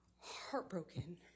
heartbroken